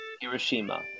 Hiroshima